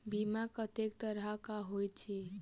बीमा कत्तेक तरह कऽ होइत छी?